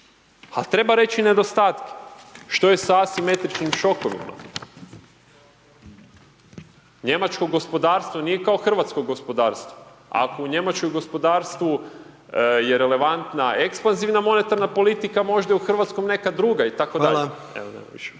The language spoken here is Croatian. treba reći i nedostatke. Što je sa asimetričkim šokovima? Njemačko gospodarstvo nije kao hrvatsko gospodarstvo, ako u njemačkom gospodarstvu je relevantna ekspanzivna monetarna politika, možda je u hrvatskom neka druga, i tako dalje. Evo, nemam više.